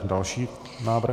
Další návrh.